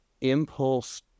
impulse